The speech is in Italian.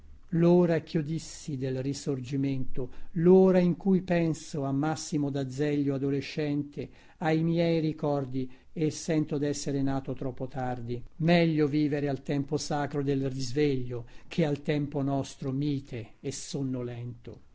chio dissi del risorgimento lora in cui penso a massimo dazeglio adolescente a i miei ricordi e sento dessere nato troppo tardi meglio vivere al tempo sacro del risveglio che al tempo nostro mite e